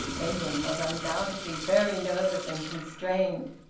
edwin was undoubtedly very nervous and constrained,